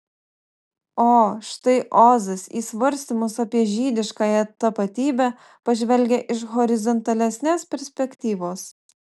o štai ozas į svarstymus apie žydiškąją tapatybę pažvelgia iš horizontalesnės perspektyvos